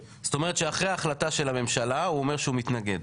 זאת אומרת שאחרי ההחלטה של הממשלה הוא אומר שהוא מתנגד?